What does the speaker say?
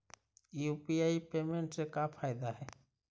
UPI payment से का फायदा है?